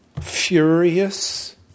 furious